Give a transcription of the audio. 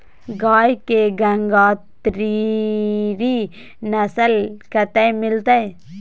गाय के गंगातीरी नस्ल कतय मिलतै?